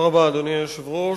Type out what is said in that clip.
תודה רבה, אדוני היושב-ראש.